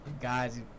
guys